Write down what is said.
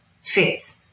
fit